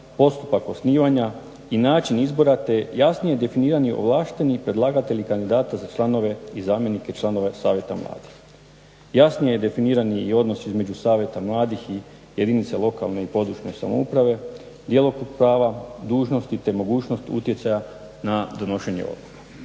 postupak osnivanja i način izbora te jasnije definiranje ovlaštenih predlagatelja kandidata za članove i zamjenike članova savjeta mladih. Jasnije je definiran i odnos između savjeta mladih i jedinica lokalne i područne samouprave, djelokrug prava, dužnosti te mogućnost utjecaja na donošenje odluka.